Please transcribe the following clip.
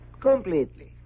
Completely